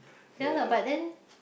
ya lah but then